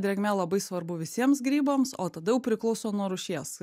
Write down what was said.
drėgmė labai svarbu visiems grybams o tada jau priklauso nuo rūšies